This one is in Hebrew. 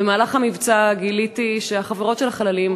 במהלך המבצע גיליתי שהחברות של החללים,